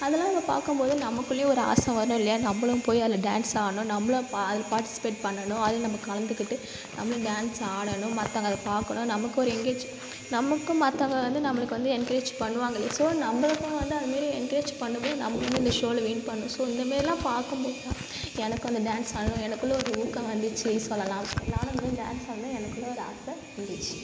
அதெல்லாம் நம்ம பார்க்கும் போது நமக்குள்ளையும் ஒரு ஆசை வரும் இல்லையா நம்மளும் போய் அதுல டான்ஸ் ஆடணும் நம்மளும் பா அதுல பார்ட்டிசிபேட் பண்ணணும் அதில் நம்ம கலந்துக்கிட்டு நம்மளும் டான்ஸ் ஆடணும் மத்தவங்க அத பார்க்கணும் நமக்கு ஒரு எங்கேஜ் நமக்கும் மற்றவங்க வந்து நம்மளுக்கு வந்து என்கரேஜ் பண்ணுவாங்கள் இல்லையா ஸோ நம்மளுக்கும் வந்து அதுமாரி என்கரேஜ் பண்ணும்போது நம்மளுமே இந்த ஷோவில் வின் பண்ணணும் ஸோ இந்தமாரிலாம் பார்க்கும்போது தான் எனக்கும் அந்த டான்ஸ் ஆடணும் எனக்குள்ள ஒரு ஊக்கம் வந்திச்சின்னு சொல்லலாம் நானும் இதுமேரி டான்ஸ் ஆடணுன்னு எனக்குள்ள ஒரு ஆசை இருந்துச்சி